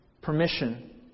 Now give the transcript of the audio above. permission